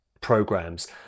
programs